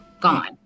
gone